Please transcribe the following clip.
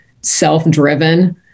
self-driven